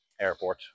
airport